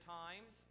times